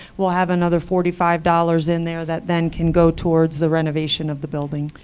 we'll have another forty five dollars in there that then can go towards the renovation of the building.